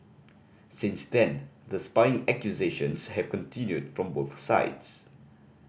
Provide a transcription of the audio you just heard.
since then the spying accusations have continued from both sides